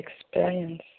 experience